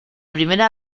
primera